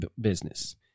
business